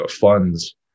funds